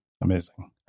Amazing